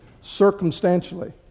circumstantially